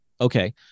okay